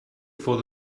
for